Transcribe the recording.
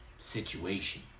Situation